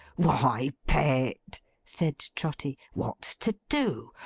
why, pet said trotty. what's to do?